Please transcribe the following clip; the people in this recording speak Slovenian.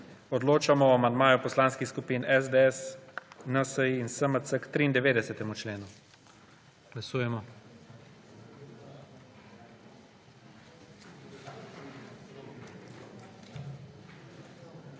Odločamo o amandmaju poslanskih skupin SDS, NSi in SMC k 93. členu. Glasujemo.